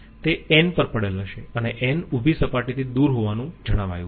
તે n પર પડેલ હશે અને n ઉભી સપાટીથી દૂર હોવાનું જણાવાયું છે